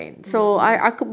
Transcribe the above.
mm mm